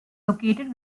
located